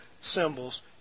symbols